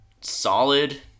solid